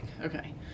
Okay